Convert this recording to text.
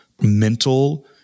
mental